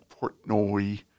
Portnoy